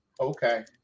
Okay